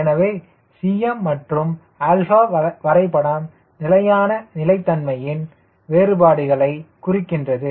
எனவே Cmமற்றும் 𝛼 வரைபடம் நிலையான நிலைத்தன்மையின் வேறுபாடுகளை குறிக்கின்றது